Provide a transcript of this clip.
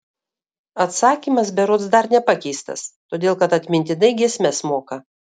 atsakymas berods dar nepakeistas todėl kad atmintinai giesmes moka